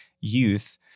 youth